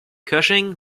cushing